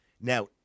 Now